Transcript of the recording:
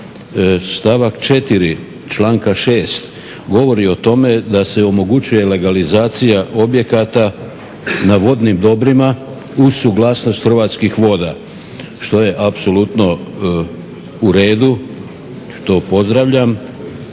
stavak 4. članka 6. govori o tome da se omogućuje legalizacija objekata na vodnim dobrima uz suglasnost Hrvatskih voda što je apsolutno u redu, to pozdravljam.